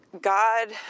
God